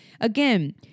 again